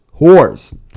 whores